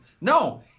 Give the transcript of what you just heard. No